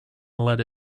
let